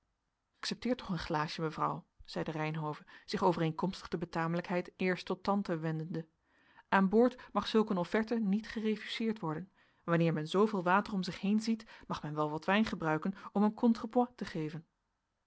accepteer toch een glaasje mevrouw zeide reynhove zich overeenkomstig de betamelijkheid eerst tot tante wendende aan boord mag zulk een offerte niet gerefuseerd worden wanneer men zooveel water om zich heen ziet mag men wel wat wijn gebruiken om een contrepoids te geven